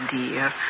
dear